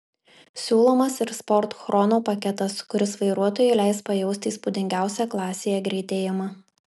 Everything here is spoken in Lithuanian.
siūlomas ir sport chrono paketas kuris vairuotojui leis pajausti įspūdingiausią klasėje greitėjimą